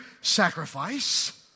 sacrifice